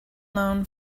known